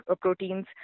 proteins